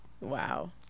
Wow